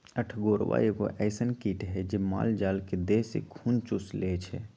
अठगोरबा एगो अइसन किट हइ जे माल जाल के देह से खुन चुस लेइ छइ